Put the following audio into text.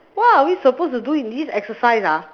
what are we supposed to do in this exercise ah